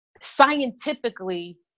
scientifically